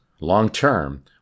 long-term